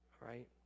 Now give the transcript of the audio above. right